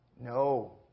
No